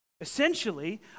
Essentially